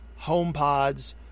HomePods